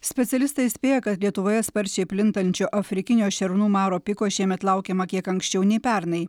specialistai įspėja kad lietuvoje sparčiai plintančio afrikinio šernų maro piko šiemet laukiama kiek anksčiau nei pernai